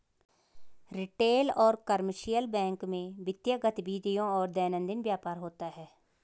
retail और commercial bank में वित्तीय गतिविधियों और दैनंदिन व्यापार होता है